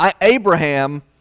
Abraham